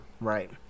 Right